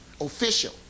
Official